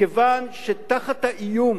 כיוון שתחת האיום